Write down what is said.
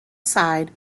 side